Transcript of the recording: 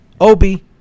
Obi